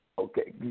Okay